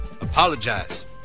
Apologize